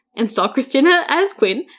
install kristina as queen,